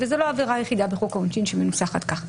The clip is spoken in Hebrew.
וזו לא העבירה היחידה בחוק העונשין שמנוסחת כך.